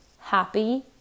happy